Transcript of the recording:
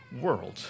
world